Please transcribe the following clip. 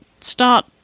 start